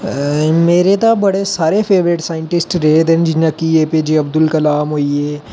मेरे ता बड़े सारे फेवरेट साइंटिस्ट रेह्दे न जि'यां कि एपीजे अब्दुल कलाम होई गे